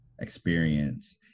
experience